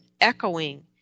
echoing